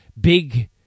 big